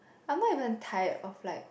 I'm not even tired of like